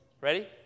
Ready